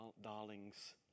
darlings